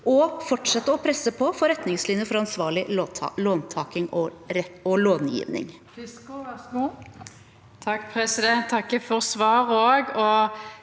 fortsette å presse på for retningslinjer for ansvarlig låntaking og långivning.